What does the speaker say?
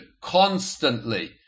constantly